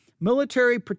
military